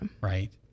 right